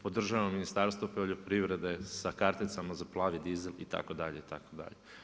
Podržavam Ministarstvo poljoprivrede sa karticama za plavi dizel itd. itd.